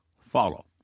follow